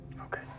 Okay